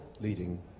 leading